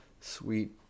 sweet